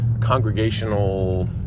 congregational